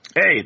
Hey